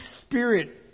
spirit